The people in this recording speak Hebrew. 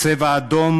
"צבע אדום"